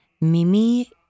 Mimi